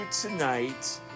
tonight